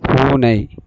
பூனை